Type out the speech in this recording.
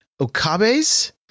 Okabe's